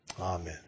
amen